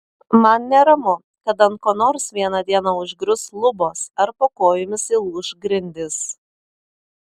man neramu kad ant ko nors vieną dieną užgrius lubos ar po kojomis įlūš grindys